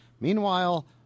Meanwhile